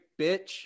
bitch